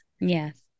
Yes